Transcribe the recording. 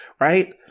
right